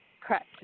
Correct